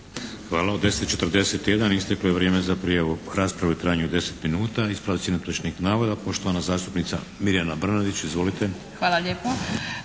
U 10 i 41 isteklo je vrijeme za prijavu rasprave u trajanju od 10 minuta. Ispravci netočnih navoda. Poštovana zastupnica Mirjana Brnadić. Izvolite. **Brnadić,